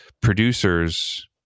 producers